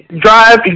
drive